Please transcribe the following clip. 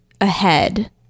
ahead